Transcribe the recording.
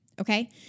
Okay